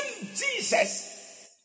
Jesus